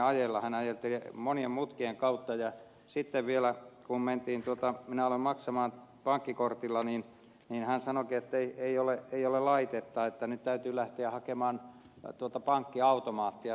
hän ajoi monien mutkien kautta ja sitten vielä kun minä aloin maksaa pankkikortilla niin hän sanoikin ettei ole laitetta että nyt täytyy lähteä hakemaan pankkiautomaattia